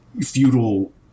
feudal